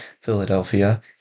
Philadelphia